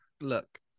look